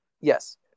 yes